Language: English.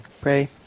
Pray